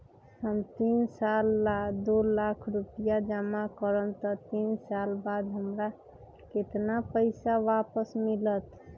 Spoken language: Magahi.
हम तीन साल ला दो लाख रूपैया जमा करम त तीन साल बाद हमरा केतना पैसा वापस मिलत?